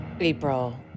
April